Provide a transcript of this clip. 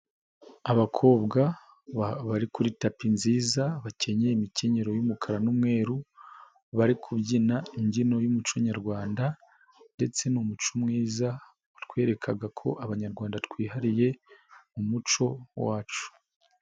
Abakobwa bari kuri tapi nziza bakenyeye imikenyero y'umukara n'umweru bari kubyina imbyino y'umuco nyarwanda ndetse ni umuco mwiza watwerekaga ko Abanyarwanda twihariye mu muco wacu.